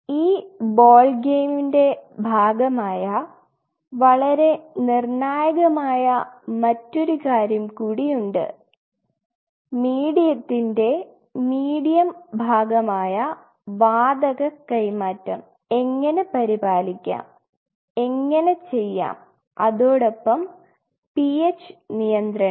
ഈ ബോൾ ഗെയിമിന്റെ ഭാഗമായ വളരെ നിർണായകമായ മറ്റൊരു കാര്യം കൂടി ഉണ്ട് മീഡിയത്തിൻറെ മീഡിയം ഭാഗമായ വാതക കൈമാറ്റം എങ്ങനെ പരിപാലിക്കാം എങ്ങനെ ചെയ്യാം അതോടൊപ്പം pH നിയന്ത്രണം